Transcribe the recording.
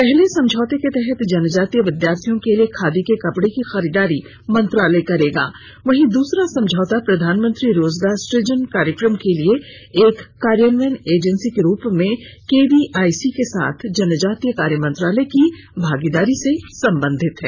पहले समझौते के तहत जनजातीय विद्यार्थियों के लिए खादी के कपडे की खरीदारी मंत्रालय करेगा वहीं दूसरा समझौता प्रधानमंत्री रोजगार सुजन कार्यक्रम के लिए एक कार्यान्वयन एजेंसी के रूप में केवीआईसी के साथ जनजातीय कार्य मंत्रालय की भागीदारी से संबंधित है